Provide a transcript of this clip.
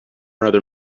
another